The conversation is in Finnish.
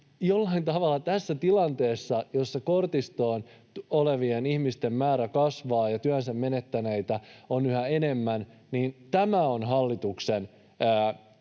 Kun tässä tilanteessa, jossa kortistossa olevien ihmisten määrä kasvaa ja työnsä menettäneitä on yhä enemmän, tämä on hallituksen